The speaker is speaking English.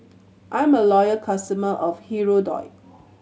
I'm a loyal customer of Hirudoid